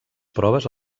proves